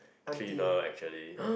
cleaner actually